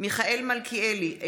מיכאל מלכיאלי,